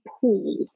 pool